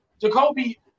Jacoby